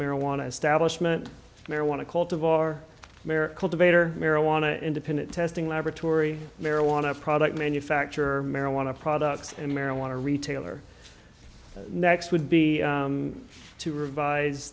marijuana establishment marijuana cult of our mayor cultivator marijuana independent testing laboratory marijuana product manufacturer marijuana products and marijuana retailer next would be to revise